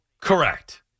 Correct